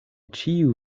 ĉiu